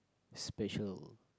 special